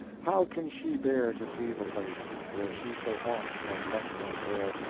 how can she bear to see the place. where she so oft has left them there,